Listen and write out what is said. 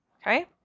Okay